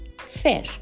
Fair